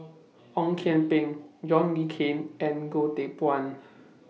Ong Kian Peng John Le Cain and Goh Teck Phuan